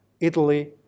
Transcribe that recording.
Italy